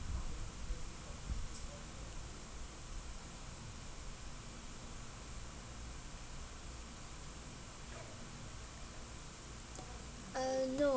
uh no